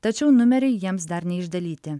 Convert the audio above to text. tačiau numeriai jiems dar neišdalyti